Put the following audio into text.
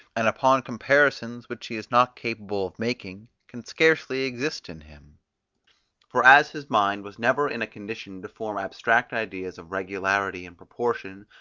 and upon comparisons which he is not capable of making, can scarcely exist in him for as his mind was never in a condition to form abstract ideas of regularity and proportion,